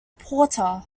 porter